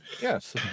Yes